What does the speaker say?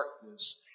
darkness